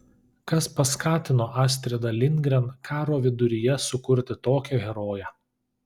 kas paskatino astridą lindgren karo viduryje sukurti tokią heroję